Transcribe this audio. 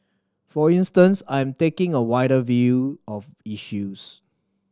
for instance I'm taking a wider view of issues